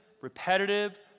repetitive